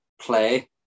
play